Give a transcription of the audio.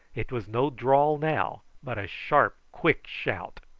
it was no drawl now, but a sharp quick shout.